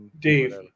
Dave